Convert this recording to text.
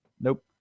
Nope